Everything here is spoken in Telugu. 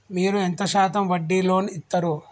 మీరు ఎంత శాతం వడ్డీ లోన్ ఇత్తరు?